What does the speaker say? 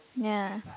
ya